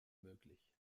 möglich